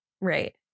Right